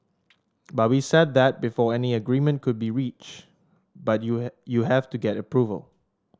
but we said that before any agreement could be reached but you you have to get approval